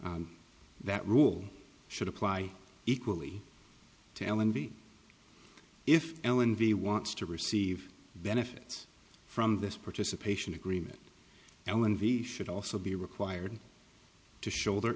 that rule should apply equally to ellen b if ellen v wants to receive benefits from this participation agreement ellen v should also be required to shoulder